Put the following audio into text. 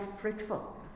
fruitful